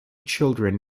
children